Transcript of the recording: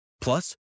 Plus